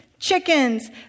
Chickens